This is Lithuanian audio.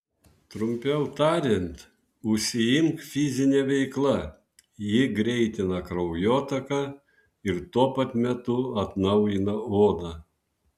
trumpiau tariant užsiimk fizine veikla ji greitina kraujotaką ir tuo pat metu atnaujina odą